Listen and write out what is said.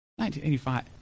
1985